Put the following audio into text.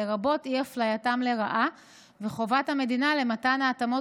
לרבות אי-אפלייתם לרעה וחובת המדינה למתן ההתאמות